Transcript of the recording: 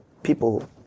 people